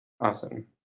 awesome